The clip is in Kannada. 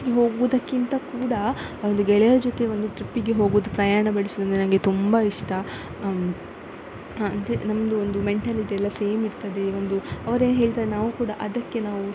ಹೋಗುವುದಕ್ಕಿಂತ ಕೂಡ ಒಂದು ಗೆಳೆಯರ ಜೊತೆ ಒಂದು ಟ್ರಿಪ್ಪಿಗೆ ಹೋಗುವುದು ಪ್ರಯಾಣ ಬೆಳೆಸುವುದೆಂದ್ರೆ ನನಗೆ ತುಂಬ ಇಷ್ಟ ಅಂದರೆ ನಮ್ಮದು ಒಂದು ಮೆಂಟಾಲಿಟಿ ಎಲ್ಲ ಸೇಮ್ ಇರ್ತದೆ ಒಂದು ಅವರೇ ಹೇಳ್ತಾರೆ ನಾವು ಕೂಡ ಅದಕ್ಕೆ ನಾವು